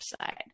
side